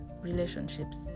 relationships